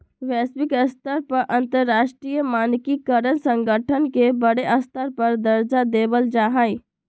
वैश्विक स्तर पर अंतरराष्ट्रीय मानकीकरण संगठन के बडे स्तर पर दर्जा देवल जा हई